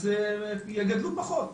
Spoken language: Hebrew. אז יגדלו פחות.